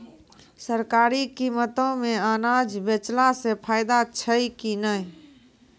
सरकारी कीमतों मे अनाज बेचला से फायदा छै कि नैय?